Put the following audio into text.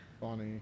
funny